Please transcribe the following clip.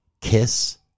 kiss